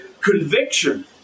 Conviction